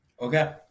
Okay